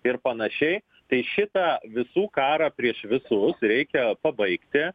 ir panašiai tai šitą visų karą prieš visus reikia pabaigti